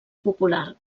popular